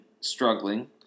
struggling